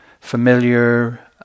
familiar